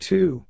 Two